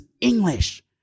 English